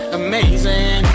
amazing